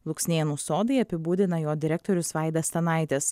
luksnėnų sodai apibūdina jo direktorius vaidas stanaitis